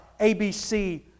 ABC